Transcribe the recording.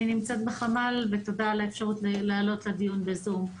אני נמצאת בחמ"ל ותודה על האפשרות להעלות לדיון בזום.